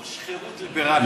גוש חרות ליברלי.